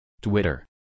Twitter